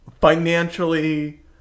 Financially